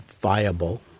viable